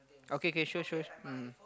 okay okay sure sure mm